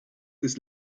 des